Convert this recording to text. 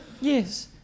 Yes